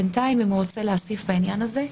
בינתיים אם הוא רוצה להוסיף בעניין הזה.